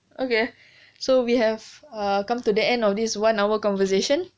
okay so we have come to the end of this one hour conversation